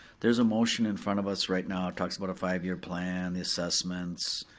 there's a motion in front of us right now, talks about a five-year plan, the assessments.